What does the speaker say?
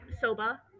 Soba